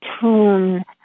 tune